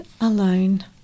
alone